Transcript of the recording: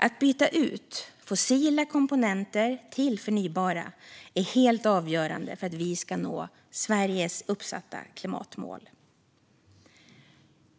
Att byta ut fossila komponenter mot förnybara är helt avgörande för att vi ska nå Sveriges uppsatta klimatmål.